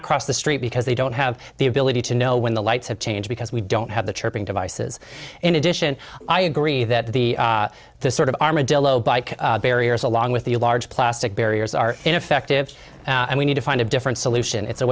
cross the street because they don't have the ability to know when the lights have changed because we don't have the chirping devices in addition i agree that the sort of armadillo bike barriers along with the large plastic barriers are ineffective and we need to find a different solution it's a